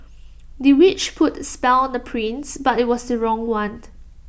the witch put A spell on the prince but IT was the wrong one